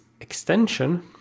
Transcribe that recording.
extension